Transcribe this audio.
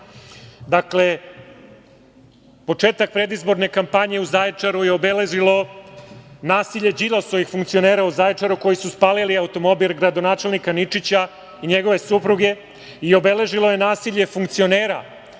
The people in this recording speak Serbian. početak predizborne kampanje u Zaječaru je obeležilo nasilje Đilasovih funkcionera u Zaječaru koji su spalili automobil gradonačelnika Ničića i njegove supruge. Obeležilo je i nasilje funkcionera